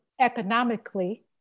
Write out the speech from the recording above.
economically